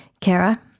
Kara